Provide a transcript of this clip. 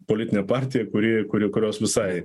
politinė partija kuri kuri kurios visai